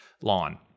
lawn